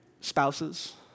spouses